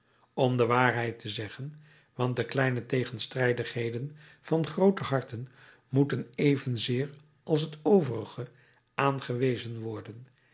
om de waarheid te zeggen want de kleine tegenstrijdigheden van groote harten moeten evenzeer als het overige aangewezen